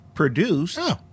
Produced